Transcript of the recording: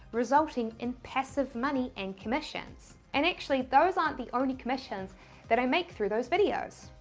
resulting in passive money and commissions. and actually those aren't the only commissions that i make through those videos.